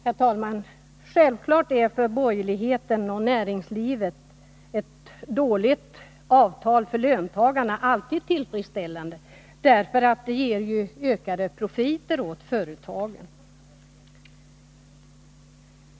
Herr talman! För borgerligheten och näringslivet är ett dåligt avtal för löntagarna självfallet alltid tillfredsställande, eftersom det ger ökade profiter åt företagen.